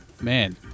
Man